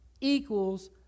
equals